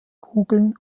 kugeln